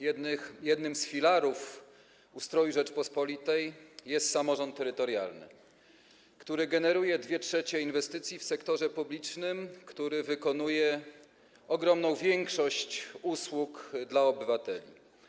Jednym z filarów ustroju Rzeczypospolitej jest samorząd terytorialny, który generuje 2/3 inwestycji w sektorze publicznym, który wykonuje ogromną większość usług dla obywateli.